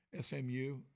SMU